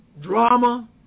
drama